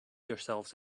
yourselves